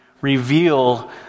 reveal